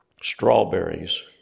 strawberries